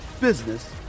business